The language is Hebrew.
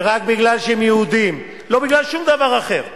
ורק כי הם יהודים, לא בגלל שום דבר אחר,